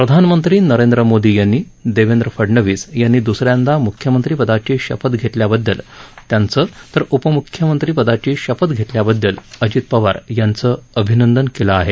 प्रधानमंत्री नरेंद्र मोदी यांनी देवेंद्र फडणवीस यांनी दुसऱ्यांदा म्ख्यमंत्रीपदाची शपथ घेतल्याबद्दल त्यांचं तर उपम्ख्यमंत्रीपदाची शपथ घेतल्याबद्दल अजित पवार यांचं अभिनंदन केलं आहे